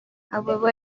however